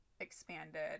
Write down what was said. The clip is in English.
expanded